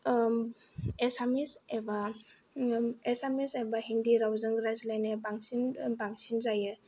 एसामिस एबा एसामिस एबा हिन्दी रावजों रायज्लायनाया बांसिन जायो